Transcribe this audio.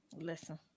listen